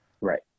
Right